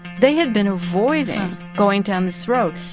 they had been avoiding going down this road.